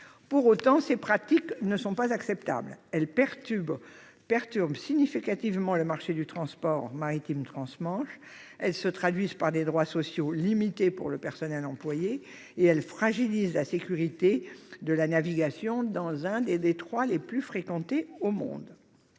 Pour autant, ces pratiques de dumping social ne sont pas acceptables : elles perturbent significativement le marché du transport maritime transmanche, elles se traduisent par des droits sociaux limités pour le personnel employé et elles fragilisent la sécurité de la navigation dans l'un des détroits les plus fréquentés au monde.